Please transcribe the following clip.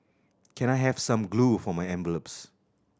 can I have some glue for my envelopes